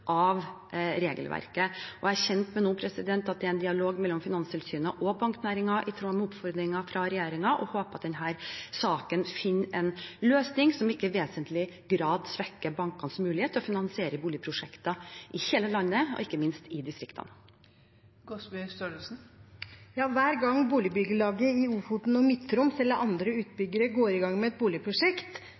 av regelverket. Jeg er kjent med at det er en dialog mellom Finanstilsynet og banknæringen i tråd med oppfordringen fra regjeringen, og jeg håper at denne saken finner en løsning som ikke i vesentlig grad svekker bankenes mulighet til å finansiere boligprosjekter i hele landet og ikke minst i distriktene. Hver gang Ofoten Midt-Troms Boligbyggelag eller andre utbyggere går i gang med et boligprosjekt